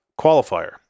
qualifier